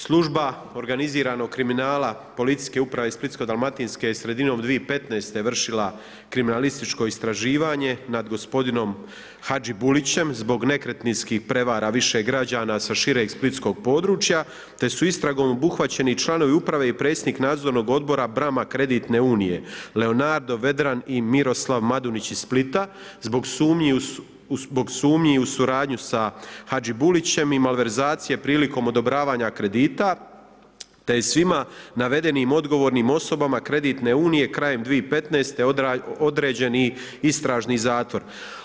Služba organiziranog kriminala Policijske uprave Splitsko-dalmatinske je sredinom 2015. vršila kriminalističko istraživanje nad gospodinom Hadžibulićem zbog nekretninskih prevara više građana sa šireg splitskog područja te su istragom obuhvaćeni članovi uprave i predsjednika nadzornog odbora Bra-ma kreditne unije Leonardo Vedran i Miroslav Madunić iz Splita zbog sumnji u suradnji sa Hadžibulićem i malverzacije prilikom odobravanja kredita te je svima navedenim odgovornim osobama kreditne unije krajem 2015. određen i istražni zatvor.